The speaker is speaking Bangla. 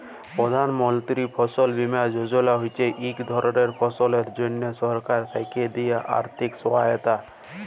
প্রধাল মলতিরি ফসল বীমা যজলা হছে ইক ধরলের ফসলের জ্যনহে সরকার থ্যাকে দিয়া আথ্থিক সহায়তা